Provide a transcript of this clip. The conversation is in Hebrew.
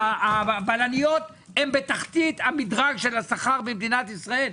הבלניות הן בתחתית המדרג של השכר במדינת ישראל.